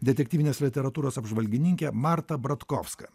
detektyvinės literatūros apžvalgininkė marta bratkovska